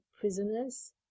prisoners